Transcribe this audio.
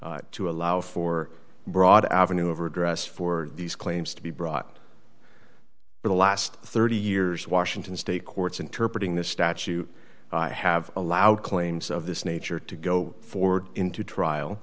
to allow for broad avenue overdress for these claims to be brought the last thirty years washington state courts interpret in this statute i have allowed claims of this nature to go forward into